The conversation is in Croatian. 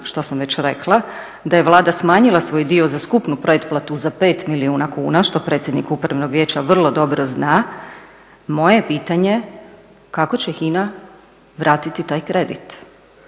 što sam već rekla, da je Vlada smanjila svoj dio za skupnu pretplatu za 5 milijuna kuna, što predsjednik Upravnog vijeća vrlo dobro zna, moje je pitanje, kako je HINA vratiti taj kredit?